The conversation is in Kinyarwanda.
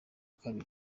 kabiri